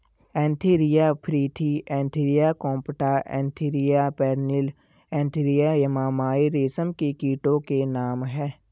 Antheraea frithi Antheraea compta Antheraea pernyi Antheraea yamamai रेशम के कीटो के नाम हैं